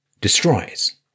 destroys